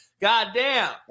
Goddamn